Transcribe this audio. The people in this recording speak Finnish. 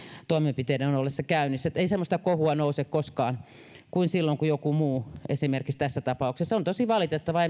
toimenpiteiden ollessa käynnissä ei semmoista kohua koskaan nouse kuin silloin kun joku muu esimerkiksi tässä tapauksessa se on tosi valitettavaa